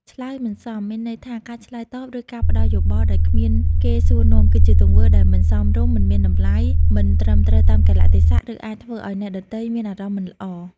ឆ្លើយមិនសម មានន័យថា ការឆ្លើយតប ឬការផ្ដល់យោបល់ដោយគ្មានគេសួរនាំ គឺជាទង្វើដែលមិនសមរម្យ មិនមានតម្លៃ មិនត្រឹមត្រូវតាមកាលៈទេសៈ ឬអាចធ្វើឲ្យអ្នកដទៃមានអារម្មណ៍មិនល្អ។